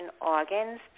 organs